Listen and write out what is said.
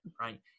right